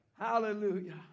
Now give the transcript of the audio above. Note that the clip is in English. Hallelujah